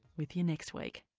with you next week